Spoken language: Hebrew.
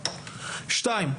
שנית,